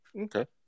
Okay